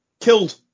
killed